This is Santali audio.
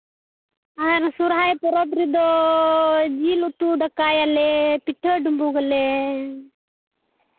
ᱟᱨ ᱥᱚᱦᱨᱟᱭ ᱯᱚᱨᱚᱵᱽ ᱨᱮᱫᱚ ᱡᱤᱞ ᱩᱛᱩ ᱫᱟᱠᱟᱭᱟᱞᱮ ᱯᱤᱴᱷᱟᱹ ᱰᱩᱸᱵᱩᱜᱟᱞᱮ